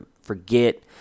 forget